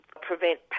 prevent